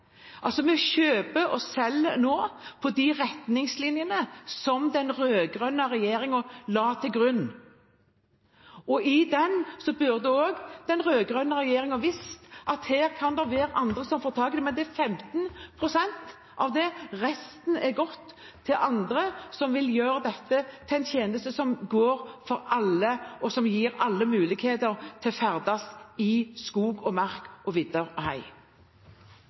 Altså: Vi kjøper og selger nå etter de retningslinjene som den rød-grønne regjeringen la til grunn, og ut fra disse burde den rød-grønne regjeringen ha visst at her kan det være andre som får tak i det. Men det er 15 pst. av det. Resten er gått til andre, som vil gjøre dette til en tjeneste for alle, og som gir alle mulighet til å ferdes i skog og mark, vidder og